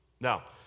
Now